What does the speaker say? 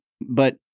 but-